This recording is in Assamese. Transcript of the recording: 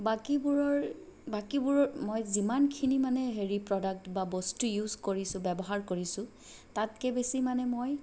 বাকীবোৰৰ বাকীবোৰৰ মই যিমানখিনি মানে হেৰি প্ৰ'ডাক্ট বা বস্তু ইউজ কৰিছোঁ ব্যৱহাৰ কৰিছোঁ তাতকৈ বেছি মানে মই